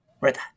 right